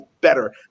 better